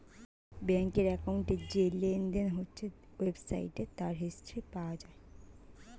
ব্যাংকের অ্যাকাউন্টে যে লেনদেন হয়েছে ওয়েবসাইটে তার হিস্ট্রি পাওয়া যায়